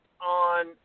On